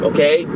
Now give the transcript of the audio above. Okay